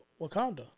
Wakanda